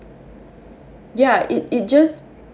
ya it it just